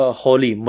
holy